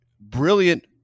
brilliant